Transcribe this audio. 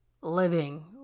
living